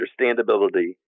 understandability